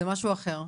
זה משהו אחר.